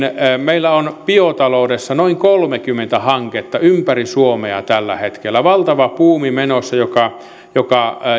meillä on biotaloudessa noin kolmekymmentä hanketta ympäri suomea tällä hetkellä valtava buumi menossa joka